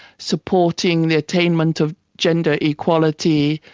supporting the attainment of gender equality,